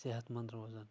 صحت مند روزان